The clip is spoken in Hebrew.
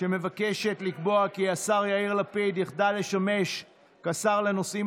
שמבקשת לקבוע כי השר יאיר לפיד יחדל לשמש כשר לנושאים